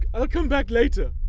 come back later